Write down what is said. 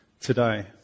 today